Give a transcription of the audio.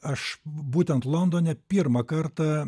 aš būtent londone pirmą kartą